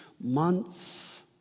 months